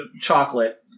chocolate